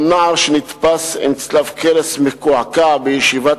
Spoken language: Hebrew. או על נער עם צלב קרס מקועקע שנתפס בישיבת